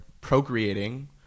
procreating